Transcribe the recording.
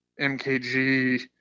MKG